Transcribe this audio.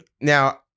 now